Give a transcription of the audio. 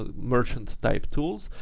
ah merchants-type tools,